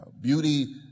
Beauty